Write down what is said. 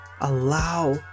Allow